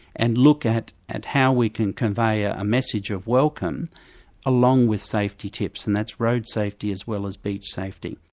and look at at how we can convey a message of welcome along with safety tips, and that's road safety as well as beach safety.